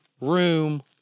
room